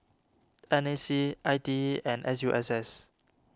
N A C I T E and S U S S